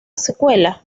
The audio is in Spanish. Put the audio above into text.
secuela